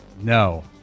No